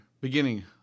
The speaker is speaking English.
beginning